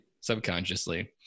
Subconsciously